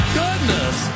goodness